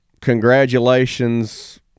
congratulations